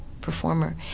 performer